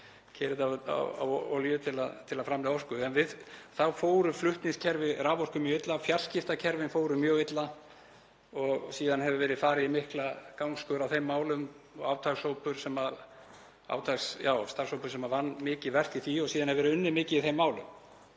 keyrði á olíu til að framleiða orku. Þá fóru flutningskerfi raforku mjög illa, fjarskiptakerfin fóru mjög illa. Síðan hefur verið gerð mikil gangskör í þeim málum og átakshópur, starfshópur vann mikið verk í því og áfram hefur verið unnið mikið í þeim málum.